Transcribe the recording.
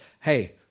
Hey